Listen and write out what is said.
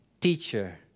Teacher